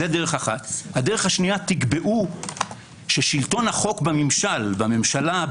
הדרך השנייה תקבעו ששלטון החוק בממשלה,